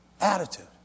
Attitude